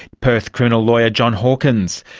perth criminal lawyer john hawkins.